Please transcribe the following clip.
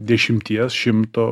dešimties šimto